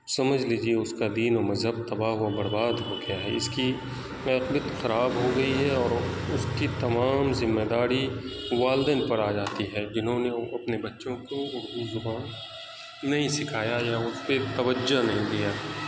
سمجھ لیجیے اس کا دین و مذہب تباہ و برباد ہو گیا ہے اس کی کیفیت خراب ہو گئی ہے اور اس کی تمام ذمہ داری والدین پر آ جاتی ہے جنہوں نے اپنے بچوں کو اردو زبان نہیں سکھایا یا اس پہ توجہ نہیں دیا